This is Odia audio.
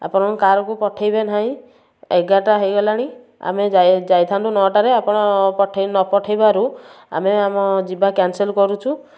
ଆପଣଙ୍କ କାର୍କୁ ପଠାଇବେ ନାହିଁ ଏଗାରଟା ହେଇଗଲାଣି ଆମେ ଯାଇ ଯାଇଥାନ୍ତୁ ନଅ ଟାରେ ଆପଣ ପଠାଇ ନ ପଠାଇବାରୁ ଆମେ ଆମ ଯିବା କ୍ୟାନସଲ୍ କରୁଛୁ